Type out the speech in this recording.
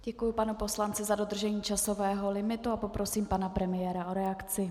Děkuji panu poslanci za dodržení časového limitu a poprosím pana premiéra o reakci.